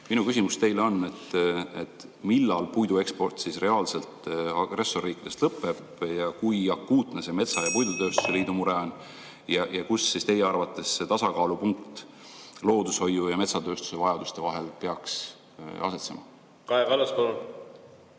Minu küsimus teile on: millal puidu eksport agressorriikidest reaalselt lõppeb ja kui akuutne see metsa‑ ja puidutööstuse liidu mure on? Ja kus siis teie arvates see tasakaalupunkt loodushoiu ja metsatööstuse vajaduste vahel peaks asetsema? Aitäh sõna